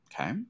Okay